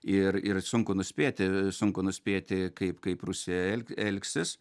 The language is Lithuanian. ir ir sunku nuspėti sunku nuspėti kaip kaip rusija elgsis